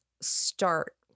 start